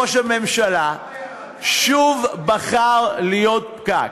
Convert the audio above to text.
ראש הממשלה שוב בחר להיות פקק.